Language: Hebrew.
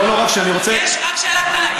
לא, אני רוצה, רק שאלה קטנה.